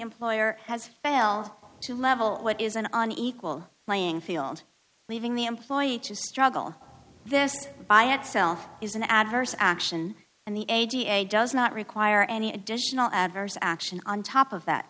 employer has failed to level what is an an equal playing field leaving the employee to struggle this by itself is an adverse action and the ag a does not require any additional adverse action on top of that